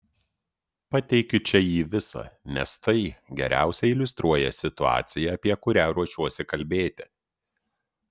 pateikiu čia jį visą nes tai geriausiai iliustruoja situaciją apie kurią ruošiuosi kalbėti